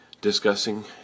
discussing